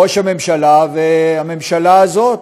ראש הממשלה והממשלה הזאת,